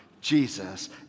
Jesus